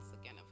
again